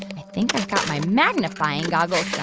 i think i've got my magnifying goggles